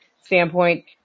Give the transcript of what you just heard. standpoint